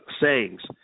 sayings